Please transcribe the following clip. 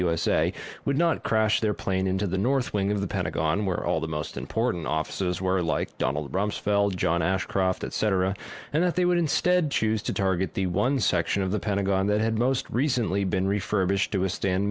usa would not crash their plane into the north wing of the pentagon where all the most important offices were like donald rumsfeld john ashcroft etc and that they would instead choose to target the one section of the pentagon that had most recently been refurbished to a stand